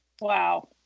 Wow